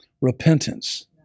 Repentance